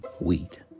wheat